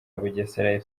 bugesera